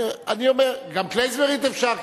גם כלייזמרית אפשר.